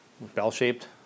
Bell-shaped